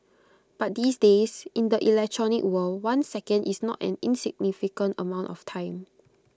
but these days in the electronic world one second is not an insignificant amount of time